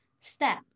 step